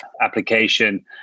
application